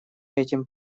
этим